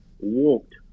walked